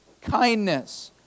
kindness